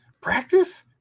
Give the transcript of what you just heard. Practice